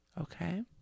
Okay